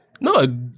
No